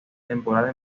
temporada